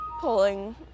pulling